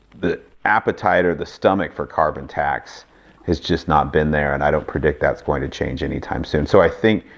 the appetite, or the stomach for carbon tax has just not been there. and i don't predict that's going to change anytime soon. so i think,